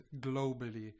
globally